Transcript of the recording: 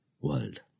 world